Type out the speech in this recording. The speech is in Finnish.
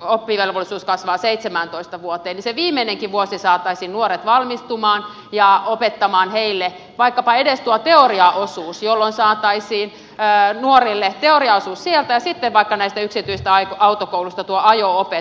oppivelvollisuus kasvaa seitsemääntoista vuoteen niin se viimeinenkin vuosi saataisiin siihen että nuoret valmistuvat ja opetetaan heille vaikkapa edes tuo teoriaosuus jolloin saataisiin nuorille teoriaosuus sieltä ja sitten vaikka näistä yksityisistä autokouluista ajo opetus